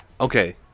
Okay